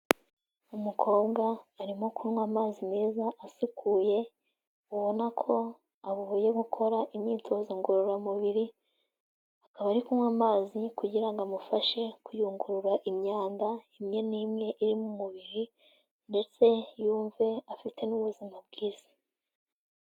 Umukobwa arimo kunywa amazi meza asukuye ubona ko avuye gukora imyitozo ngororamubiri, akaba ari kunywa amazi kugira ngo amufashe kuyungurura imyanda imwe n'imwe iri mu mubiri ndetse yumve afite n'ubuzima bwiza.